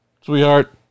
sweetheart